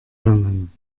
lernen